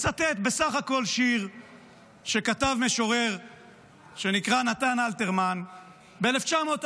לצטט בסך הכול שיר שכתב משורר שנקרא נתן אלתרמן ב-1946,